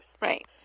Right